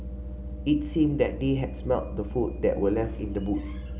it seemed that they had smelt the food that were left in the boot